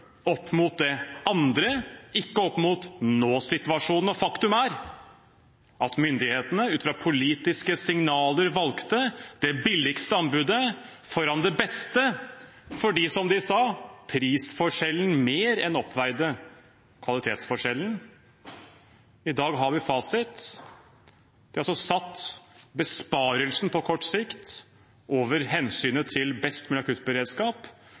opp mot det andre, ikke opp mot nåsituasjonen. Faktum er at myndighetene ut fra politiske signaler valgte det billigste anbudet foran det beste fordi – som de sa – prisforskjellen mer enn oppveide kvalitetsforskjellen. I dag har vi fasit. De har altså satt besparelsen på kort sikt over hensynet til best mulig akuttberedskap,